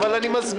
אבל אני מסביר.